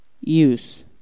use